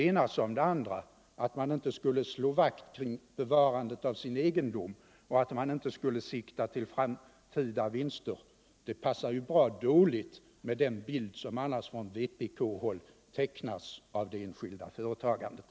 Att man inte skulle slå vakt om bevarandet av sin egendom och inte sikta till framtida vinster passar dåligt med den bild som vpk annars tecknar av det enskilda företagandet.